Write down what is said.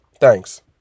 Thanks